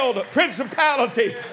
principality